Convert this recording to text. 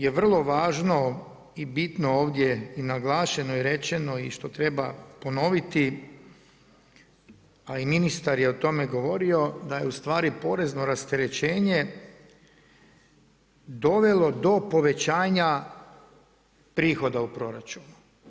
Ono što je vrlo važno i bitno ovdje i naglašeno je rečeno i što treba ponoviti, a i ministar je o tome govorio, da je ustvari porezno rasterećenje dovelo do povećanja prihoda u proračunu.